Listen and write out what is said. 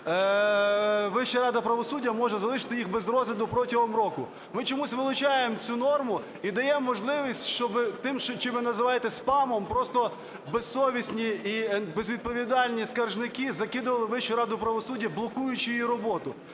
Вища рада правосуддя може залишити їх без розгляду протягом року. Ми чомусь вилучаємо цю норму і даємо можливість тим, чим ви називаєте, спамом, просто безсовісні і безвідповідальні скаржники закидували Вищу раду правосуддя, блокуючи її роботу.